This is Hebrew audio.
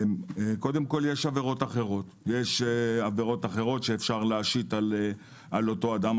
יש עבירות אחרות, שאפשר להשית על אותו אדם.